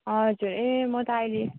हजुर ए म त अहिले